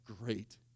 great